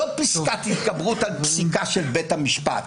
לא פסקת התגברות על פסיקה של בית המשפט,